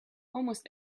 almost